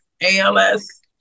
ALS